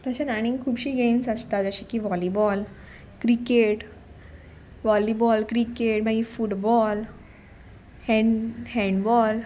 तशेंच आनीक खुबशीं गेम्स आसता जशें की वॉलीबॉल क्रिकेट वॉलीबॉल क्रिकेट मागीर फुटबॉल हें हेंडबॉल